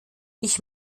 ich